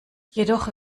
jedoch